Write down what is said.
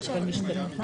משתלמים.